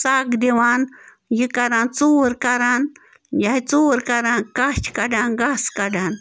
سَگ دِوان یہِ کَران ژوٗر کَران یِہوٚے ژوٗر کَران کَچھ کڑان گاسہٕ کَڑان